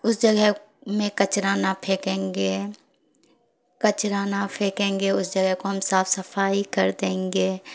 اس جگہ میں کچرا نہ پھیکیں گے کچرا نہ پھیکیں گے اس جگہ کو ہم صاف صفائی کر دیں گے